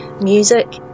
Music